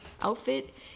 outfit